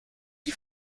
die